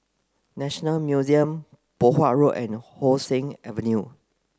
National Museum Poh Huat Road and How Sun Avenue